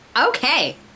Okay